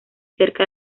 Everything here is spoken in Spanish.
cerca